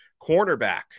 Cornerback